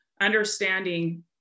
understanding